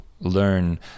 learn